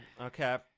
okay